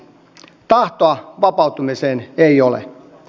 tahtoa vapautumiseen ei ole